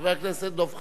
חבר הכנסת דב חנין.